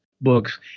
books